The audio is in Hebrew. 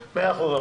--- מאה אחוז.